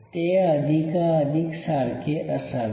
ते अधिका अधिक सारखे असावे